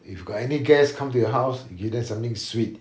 if got any guest come to your house you give them something sweet